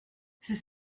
c’est